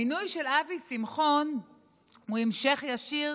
המינוי של אבי שמחון הוא המשך ישיר